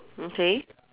okay